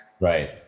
Right